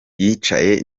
yicaye